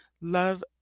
love